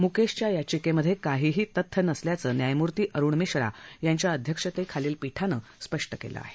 मुकेशच्या याचिकेमधे काहीही तथ्य नसल्याचं न्यायमूर्ती अरुण मिश्रा यांच्या अध्यक्षतेखालील पीठानं स्पष्ट केलं आहे